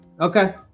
Okay